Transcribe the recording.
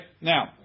now